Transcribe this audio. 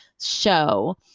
show